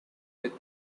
with